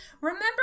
remember